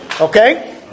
Okay